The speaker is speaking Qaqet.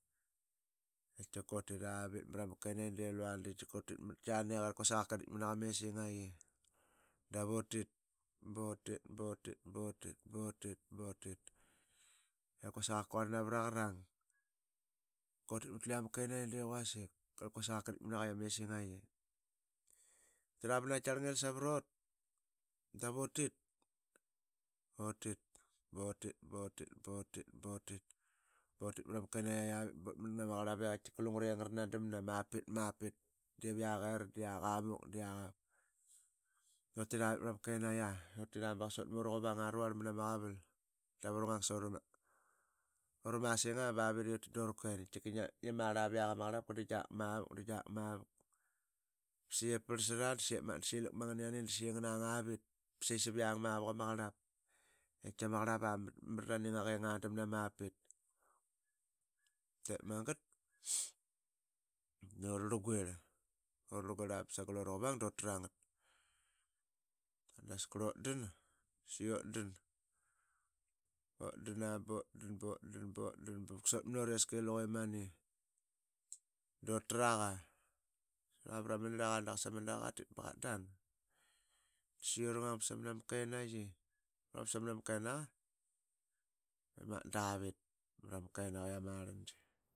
Qaitiqa utiravit mrama Kenaiyidelua de qaitika utit matqi nek i quasik magat ip aqaka ditk mnaqama esingaqi. Utit butit. butit. butit. butit. butit. butit i arait quasik aqaqka quarl navat aqarang. Qaittika utit matluia ma Kenaiyi de quasik. arit Kuasikaqaka ditk mnaqama esingaqi utira ba na qaitaqarl ngil savrat davut butit. butit. butit. butit. butit mrama Kenaiya avit but man glama qarlap lungre ngrnandamna mapit. mapit. Diviak era. diak amuk. diak. utira vit mrama Kenaiyi utira baqasa utmn uraquvang ruarl mnama qaval. Dap uranggang sura. uramasinga ba vit i utit dura kuen. qaitika ngiamarla viak ama qarlapka. de giak mavuk. giak mavuk de saiep prlsat nganang avit saviang avuk ama qarla. I qaitqi ama qarlava i ngandamna mapit de magat durarlgurl sagal uraquvang daskarl utdan utdan. bautdan. butdan. butdan ba vuksut munureske luqemani dutraqa. lua vrama nirlaqa baqasa ma nirlaqa tit qatdan de saqi urangang bsamnama kenaqa davitmrama kenaqa i ama rlangi.